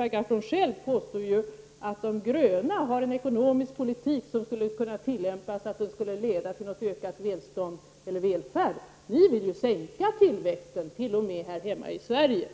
Inte ens Per Gahrton påstår ju att de gröna har en ekonomisk politik som skulle kunna tillämpas på ett sådant sätt att den leder till något ökat välstånd eller någon ökad välfärd. De gröna vill ju sänka tillväxten t.o.m. här hemma i Sverige.